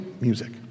Music